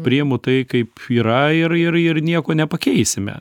priimu tai kaip yra ir ir ir nieko nepakeisime